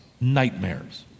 nightmares